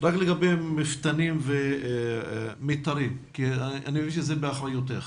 לגבי מפתנים ומיתרים, אנימבין שזה באחריותך.